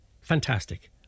Fantastic